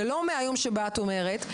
ולא מהיום שבו את אומרת,